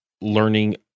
learning